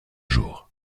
jours